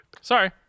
Sorry